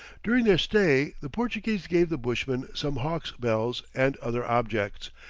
during their stay the portuguese gave the bushmen some hawks' bells and other objects,